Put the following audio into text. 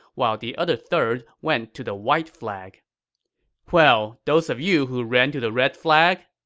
while the other third went to the white flag well, those of you who ran to the red flag?